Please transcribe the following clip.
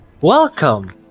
Welcome